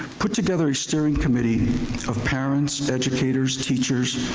put together a steering committee of parents, educators, teachers,